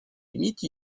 imite